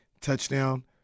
touchdown